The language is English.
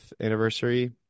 anniversary